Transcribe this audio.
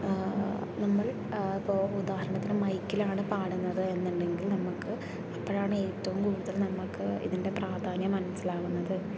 നമ്മൾ ഉദാഹരണത്തിന് മൈക്കിലാണ് പാടുന്നത് എന്നുണ്ടെങ്കിൽ നമ്മൾക്ക് അപ്പോഴാണ് ഏറ്റവും കൂടുതൽ നമുക്ക് ഇതിൻ്റെ പ്രാധാന്യം മനസ്സിലാവുന്നത്